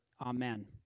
amen